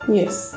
yes